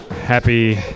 Happy